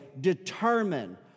determine